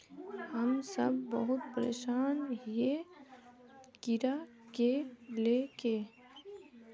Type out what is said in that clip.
हम सब बहुत परेशान हिये कीड़ा के ले के?